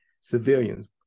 civilians